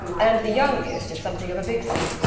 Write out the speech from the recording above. and the youngest is something of a vixen.